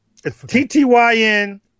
TTYN